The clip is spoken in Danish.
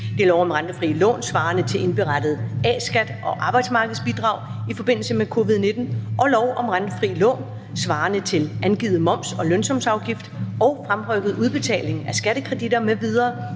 lov om rentefrie lån svarende til indberettet A-skat og arbejdsmarkedsbidrag i forbindelse med covid-19 og lov om rentefrie lån svarende til angivet moms og lønsumsafgift og fremrykket udbetaling af skattekreditter m.v.